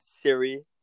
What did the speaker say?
Siri